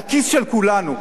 לכיס של כולנו,